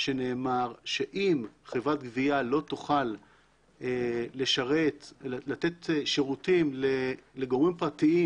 שנאמר שאם חברת גבייה לא תוכל לתת שירותים לגורמים פרטיים